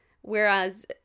Whereas